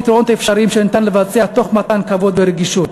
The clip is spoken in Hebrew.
פתרונות אפשריים שאפשר לבצע תוך מתן כבוד ורגישות.